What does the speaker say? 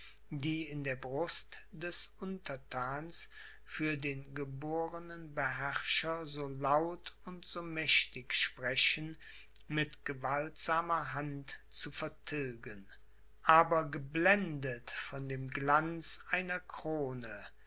die in der brust des unterthans für den geborenen beherrscher so laut und so mächtig sprechen mit gewaltsamer hand zu vertilgen aber geblendet von dem glanz einer krone